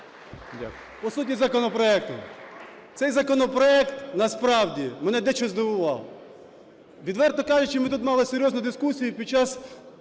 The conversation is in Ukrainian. По суті законопроекту. Цей законопроект насправді мене дещо здивував. Відверто кажучи, ми тут мали серйозну дискусію під час